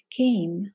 came